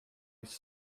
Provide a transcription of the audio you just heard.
his